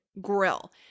grill